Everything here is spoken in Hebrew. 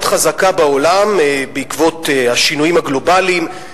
חזקה בעולם בעקבות השינויים הגלובליים,